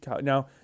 now